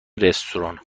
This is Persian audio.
رستوران